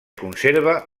conserva